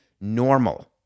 normal